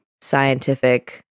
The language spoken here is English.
Scientific